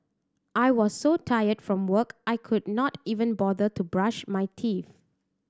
I was so tired from work I could not even bother to brush my teeth